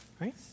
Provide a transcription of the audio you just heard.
Right